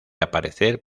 aparecer